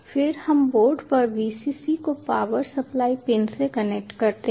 फिर हम बोर्ड पर Vcc को पावर सप्लाई पिन से कनेक्ट करते हैं